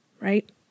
right